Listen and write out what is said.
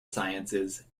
sciences